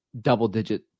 double-digit